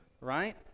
right